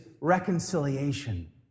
reconciliation